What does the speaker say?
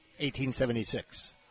1876